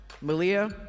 Malia